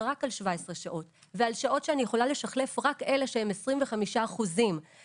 רק על 17 שעות ועל שעות שאני יכולה לשחלף רק אלה שהם 25% וממילא